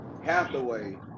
Hathaway